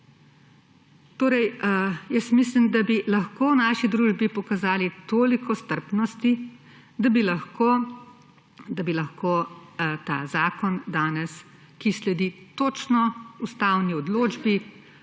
hodijo. Jaz mislim, da bi lahko v naši družbi pokazali toliko strpnosti, da bi lahko ta zakon ki sledi točno ustavni odločbi,